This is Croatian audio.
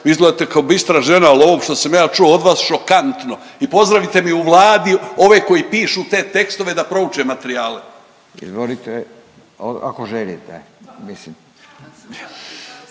vi izgledate kao bistra žena, al ovo što sam ja čuo od vas je šokantno i pozdravite mi u Vladi ove koji pišu te tekstove da prouče materijale. **Radin, Furio